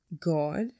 God